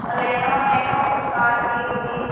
और nano nano car D we